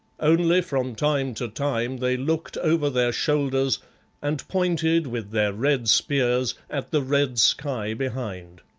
only from time to time they looked over their shoulders and pointed with their red spears at the red sky behind.